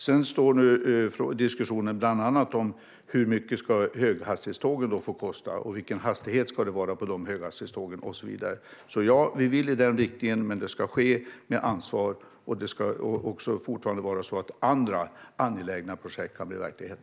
Sedan handlar diskussionen bland annat om hur mycket höghastighetstågen får kosta, vilken hastighet det ska vara på dessa tåg och så vidare. Så ja, vi vill gå i den riktningen. Men det ska ske med ansvar, och det ska fortfarande vara så att också andra angelägna projekt kan bli verklighet.